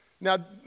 now